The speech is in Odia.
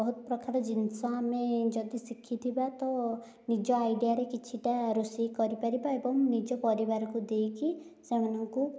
ବହୁତ ପ୍ରକାର ଜିନିଷ ଆମେ ଯଦି ଶିଖିଥିବା ତ ନିଜ ଆଇଡ଼ିଆରେ କିଛିଟା ରୋଷେଇ କରିପାରିବା ଏବଂ ନିଜ ପରିବାରକୁ ଦେଇକି ସେମାନଙ୍କୁ